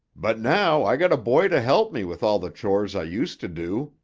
but now i got a boy to help me with all the chores i used to do,